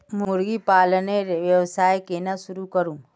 मुर्गी पालनेर व्यवसाय केन न शुरु करमु